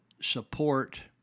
support